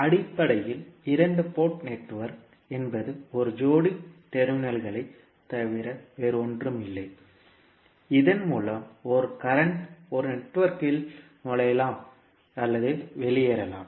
அடிப்படையில் இரண்டு port network என்பது ஒரு ஜோடி டெர்மினல்களைத் தவிர வேறொன்றுமில்லை இதன் மூலம் ஒரு கரண்ட் ஒரு நெட்வொர்க்கில் நுழையலாம் அல்லது வெளியேறலாம்